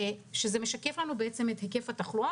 וזה משקף לנו את היקף התחלואה.